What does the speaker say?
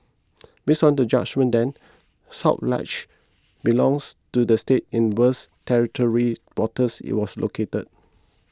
based on the judgement then South Ledge belongs to the state in whose territorial waters it was located